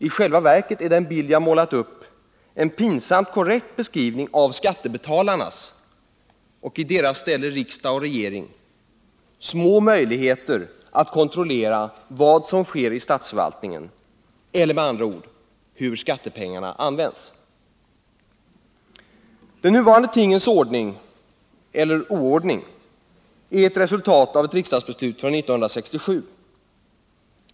I själva verket är den bild jag målat upp en pinsamt korrekt beskrivning av skattebetalarnas, och i deras ställe riksdagens och regeringens små möjligheter att kontrollera vad som sker i statsförvaltningen eller med andra ord hur skattepengarna används. Den nuvarande tingens ordning — eller oordning — är ett resultat av ett riksdagsbeslut från 1967.